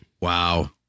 wow